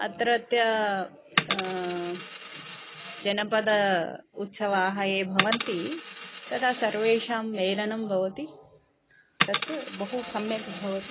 अत्र जनपदे उत्सवाः यदा भवन्ति तदा सर्वेषां मेलनं भवति तत् बहु सम्यक् भवति